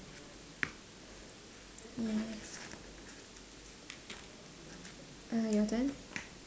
yes uh your turn